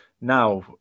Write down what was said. now